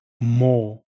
more